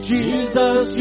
Jesus